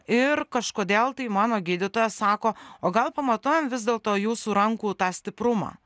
ir kažkodėl tai mano gydytojas sako o gal pamatuojam vis dėlto jūsų rankų tą stiprumą